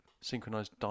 synchronized